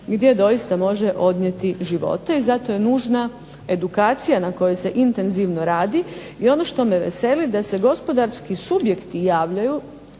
gdje doista može odnijeti živote, i zato je nužna edukacija na kojoj se intenzivno radi i ono što me veseli da se gospodarski subjekti javljaju